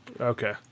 Okay